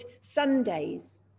sundays